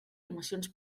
emocions